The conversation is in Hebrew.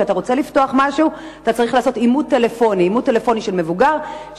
וכשאתה רוצה לפתוח משהו אתה צריך לעשות אימות טלפוני של מבוגר.